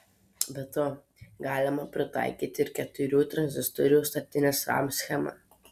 be to galima pritaikyti ir keturių tranzistorių statinės ram schemą